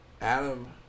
Adam